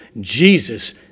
Jesus